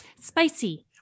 spicy